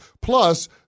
Plus